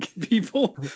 people